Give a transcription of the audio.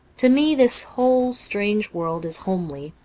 to me this whole strange world is homely,